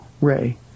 Ray